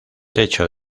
techo